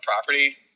property